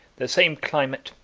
the same climate,